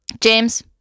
James